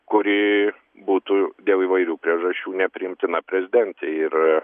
kuri būtų dėl įvairių priežasčių nepriimtina prezidentei ir